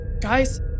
guys